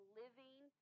living